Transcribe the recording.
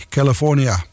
California